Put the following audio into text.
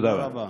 תודה רבה.